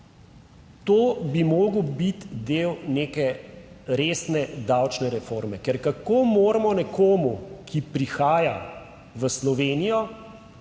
to bi moral biti del neke resne davčne reforme. Ker kako moramo nekomu, ki prihaja v Slovenijo,